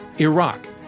Iraq